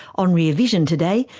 on rear vision today,